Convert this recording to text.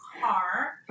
car